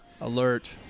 Alert